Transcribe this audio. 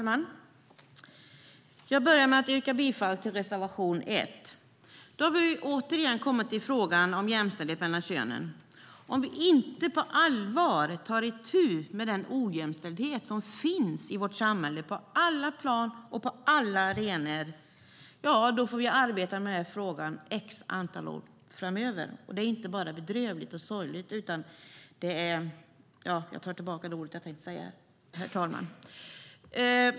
Herr talman! Jag yrkar bifall till reservation 1. Återigen har vi kommit till frågan om jämställdhet mellan könen. Om vi inte på allvar nu tar itu med den ojämställdhet som på alla plan och på alla arenor i vårt samhälle får vi arbeta med frågan x år framöver. Detta är inte bara bedrövligt och sorgligt utan också . ja, herr talman, jag avstår från att säga det jag tänkte säga.